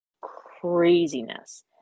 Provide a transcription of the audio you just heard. craziness